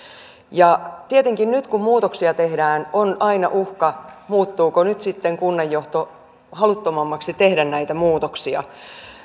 tietenkin nyt kun muutoksia tehdään on aina uhka muuttuuko nyt sitten kunnanjohto haluttomammaksi tehdä näitä muutoksia